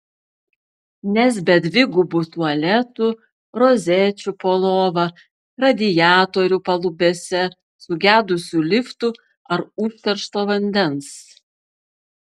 nes be dvigubų tualetų rozečių po lova radiatorių palubėse sugedusių liftų ar užteršto vandens